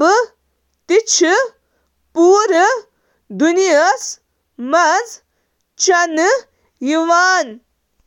مٮ۪وٕ شٲمِل چھِ۔